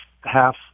half